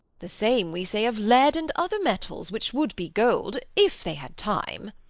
the same we say of lead and other metals, which would be gold, if they had time.